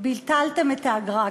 ביטלתם את האגרה.